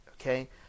okay